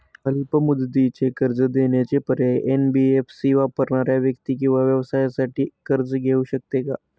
अल्प मुदतीचे कर्ज देण्याचे पर्याय, एन.बी.एफ.सी वापरणाऱ्या व्यक्ती किंवा व्यवसायांसाठी कर्ज घेऊ शकते का?